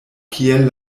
kiel